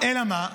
-- אלא מה?